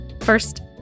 First